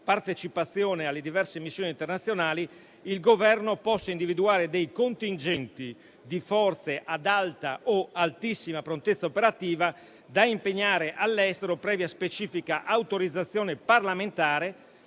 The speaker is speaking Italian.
partecipazione alle diverse missioni internazionali, il Governo possa individuare dei contingenti di forze ad alta o altissima prontezza operativa da impegnare all'estero, previa specifica autorizzazione parlamentare,